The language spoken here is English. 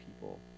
people